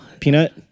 Peanut